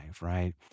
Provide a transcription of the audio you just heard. right